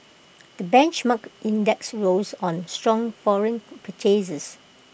the benchmark index rose on strong foreign purchases